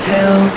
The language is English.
Tell